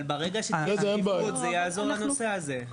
אבל ברגע שזה --- זה יעזור לנושא הזה.